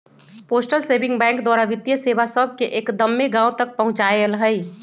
postal saving bank द्वारा वित्तीय सेवा सभके एक्दम्मे गाँव तक पहुंचायल हइ